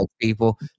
people